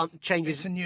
changes